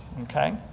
Okay